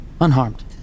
Unharmed